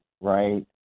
right